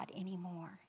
anymore